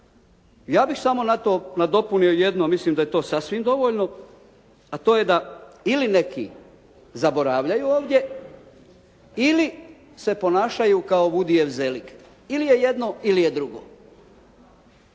Ja bih samo na to nadopunio jedno, mislim da je to sasvim dovoljno, a to je da ili neki zaboravljaju ovdje, ili se ponašaju kao … /Govornik se ne razumije./ … Ili je jedno ili je drugo.